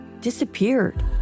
disappeared